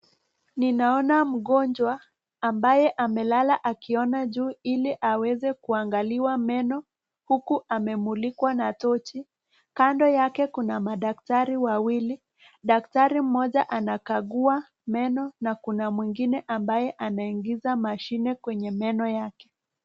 Ninaona mgonjwa ambaye amelala akiona juu, ili aweze kuangaliwa meno, huku amemulikwa na tochi. Kando yake kuna madaktari wawili. Daktari mmoja anakagua meno na kuna mwingine ambaye anaingiza mashine kwenye meno yake.